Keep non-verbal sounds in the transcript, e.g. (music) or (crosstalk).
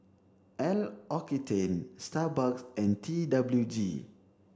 (unintelligible) Starbucks and T W G